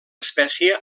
espècie